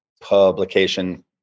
publication